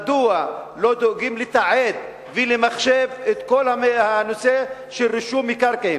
מדוע לא דואגים לתעד ולמחשב את כל הנושא של רישום מקרקעין,